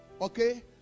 okay